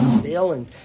feeling